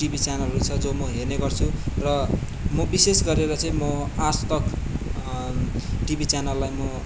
TV च्यानलहरू छ जो म हेर्ने गर्छु र म बिशेष गरेर चाहिँ म आजतक टिभी च्यानललाई म